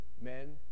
men